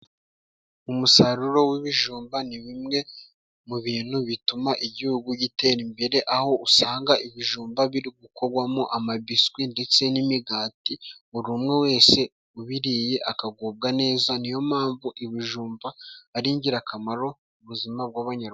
Umusaruro w'ibijumba ni bimwe mu bintu bituma igihugu gitera imbere, aho usanga ibijumba biri gukogwamo amabiswi ndetse n'imigati, buri umwe wese ubiriye akagubwa neza. Ni yo mpamvu ibijumba ari ingirakamaro mu buzima bw'abanyarwanda.